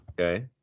Okay